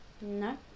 no